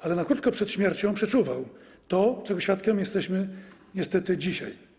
ale na krótko przed śmiercią przeczuwał to, czego świadkiem jesteśmy niestety dzisiaj.